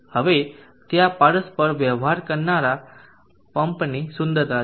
હવે તે આ પરસ્પર વ્યવહાર કરનારા પંપની સુંદરતા છે